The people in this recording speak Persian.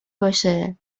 باشه